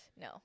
No